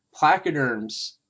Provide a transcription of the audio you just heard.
placoderms